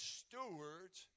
stewards